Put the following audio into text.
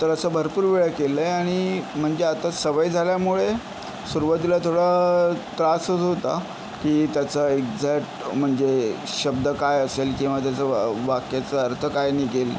तर असं भरपूर वेळा केलं आहे आणि म्हणजे आता सवय झाल्यामुळे सुरुवातीला थोडा त्रासच होता की त्याचा एक्झॅट म्हणजे शब्द काय असेल किंवा त्याचं व वाक्याचं अर्थ काय निघेल